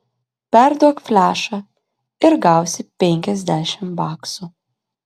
perduok flešą ir gausi penkiasdešimt baksų